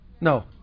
No